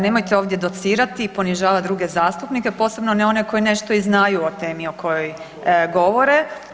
Nemojte ovdje docirati i ponižavat druge zastupnike posebno ne one koji nešto i znaju o temi o kojoj govore.